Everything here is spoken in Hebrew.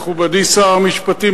מכובדי שר המשפטים,